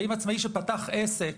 ואם עצמאי פתח עסק